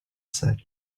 said